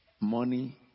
money